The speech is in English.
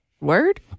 Word